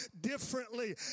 differently